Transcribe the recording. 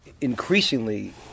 increasingly